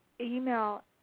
email